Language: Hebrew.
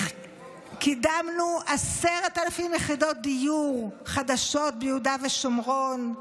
קידמנו 10,000 יחידות דיור חדשות ביהודה ושומרון.